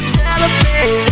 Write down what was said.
celebrate